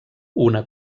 una